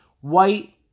white